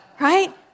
Right